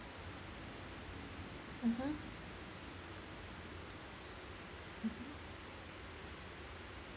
mmhmm mmhmm